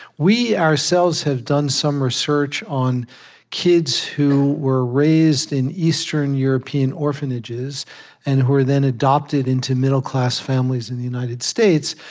we ourselves have done some research on kids who were raised in eastern european orphanages and who were then adopted into middle-class families in the united states,